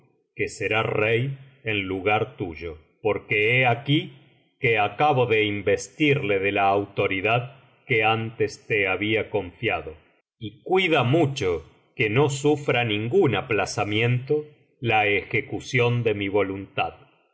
que será rey en lugar tuyo porque he aquí que acabo de investirle de la autoridad que antes te había confiado y cuida mucho que no sufra ningún aplazamiento la ejecución de mi voluntad